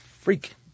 freak